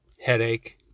headache